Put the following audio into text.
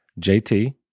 JT